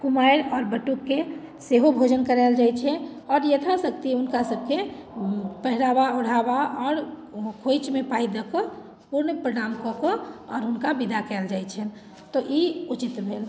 कुमारि आओर बटुकके सेहो भोजन कराएल जाइत छै आओर यथाशक्ति हुनका सभकेँ पहिरावा ओढ़ावा आओर खोइचमे पाइ दऽ कऽ पूर्ण प्रणाम कऽ कऽ आओर हुनका विदा कयल जाइत छनि तऽ ई उचित भेल